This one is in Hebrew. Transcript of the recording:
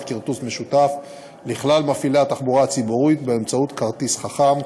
כרטוס משותף לכלל מפעילי התחבורה הציבורית באמצעות כרטיס חכם,